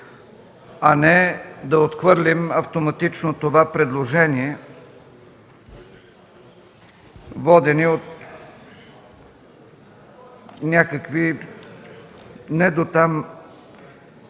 а не да отхвърлим автоматично това предложение, водени от някакви не дотам